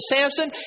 Samson